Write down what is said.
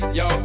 yo